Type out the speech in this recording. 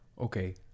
okay